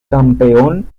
campeón